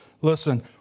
Listen